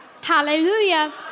Hallelujah